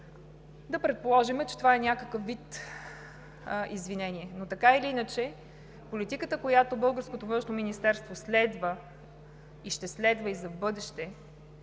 Да предположим, че това е някакъв вид извинение. Така или иначе, политиката, която българското Външно министерство следва и ще следва и в бъдеще,